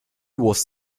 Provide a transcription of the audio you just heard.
was